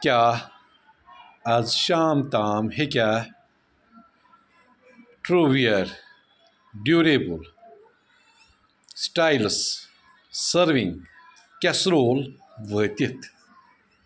کیٛاہ آز شام تام ہیٚکیٛاہ trueware durable styles serving casserole وٲتِتھ